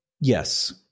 Yes